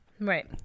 Right